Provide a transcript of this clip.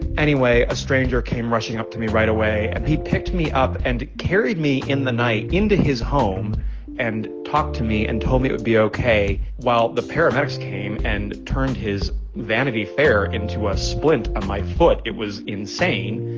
anyway, a stranger came rushing up to me right away, and he picked me up and carried me in the night into his home and talked to me and told me it would be ok while the paramedics came and turned his vanity fair into a splint on my foot. it was insane.